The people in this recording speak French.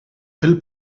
elle